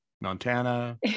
Montana